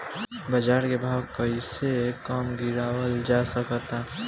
बाज़ार के भाव कैसे कम गीरावल जा सकता?